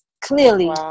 clearly